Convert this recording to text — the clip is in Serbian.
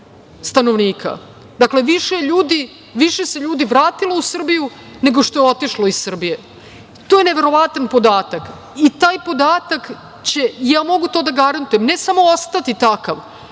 stanovnika. Dakle, više se ljudi vratilo u Srbiju, nego što je otišlo iz Srbije. To je neverovatan podatak i taj podatak će, ja mogu to da garantujem, ne samo ostati takav,